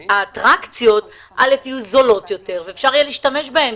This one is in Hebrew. שהאטרקציות תהיינה זולות יותר ואפשר יהיה להשתמש בהן.